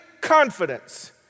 confidence